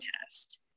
test